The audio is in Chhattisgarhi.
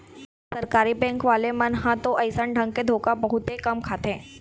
सरकारी बेंक वाले मन ह तो अइसन ढंग के धोखा बहुते कम खाथे